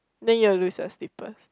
then you'll lose your slippers